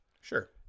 Sure